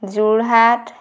Jorhat